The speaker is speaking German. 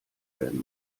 werden